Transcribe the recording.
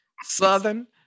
Southern